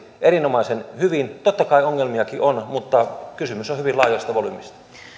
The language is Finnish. erinomaisen hyvin totta kai ongelmiakin on mutta kysymys on hyvin laajasta volyymista